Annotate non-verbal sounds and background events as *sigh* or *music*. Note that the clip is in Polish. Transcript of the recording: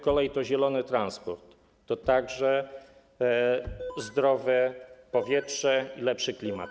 Kolej to zielony transport, to także *noise* zdrowe powietrze i lepszy klimat.